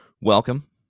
welcome